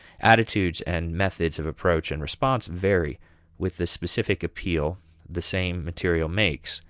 attitudes and methods of approach and response vary with the specific appeal the same material makes,